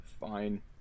fine